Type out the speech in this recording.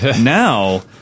Now